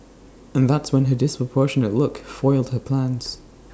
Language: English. and that's when her disproportionate look foiled her plans